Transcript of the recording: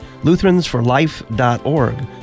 lutheransforlife.org